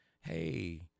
hey